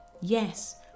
Yes